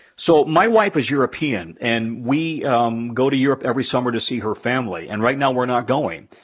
so my wife is european, and we um go to europe every summer to see her family. and right now, we're not going.